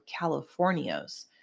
Californios